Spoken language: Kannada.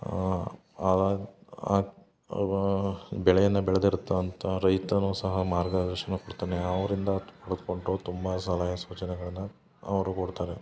ಬೆಳೆಯನ್ನ ಬೆಳ್ದಿರ್ತವಂಥ ರೈತನು ಸಹ ಮಾರ್ಗದರ್ಶನ ಕೊಡ್ತಾನೆ ಅವರಿಂದ ಪಡ್ಕೊಂಡರು ತುಂಬ ಸಲಹೆ ಸೂಚನೆಗಳನ್ನ ಅವರು ಕೊಡ್ತಾರೆ